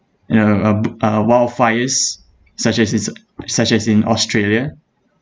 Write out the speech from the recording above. you know um uh wildfires such as is s~ such as in australia